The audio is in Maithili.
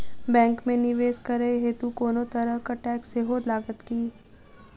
बैंक मे निवेश करै हेतु कोनो तरहक टैक्स सेहो लागत की?